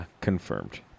confirmed